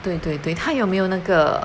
对对对他有没有那个